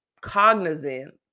cognizant